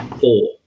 four